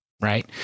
Right